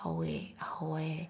ꯍꯧꯋꯦ ꯍꯋꯥꯏ